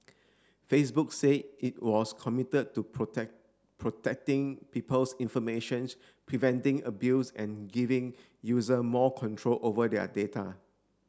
Facebook say it was committed to protect protecting people's informations preventing abuse and giving user more control over their data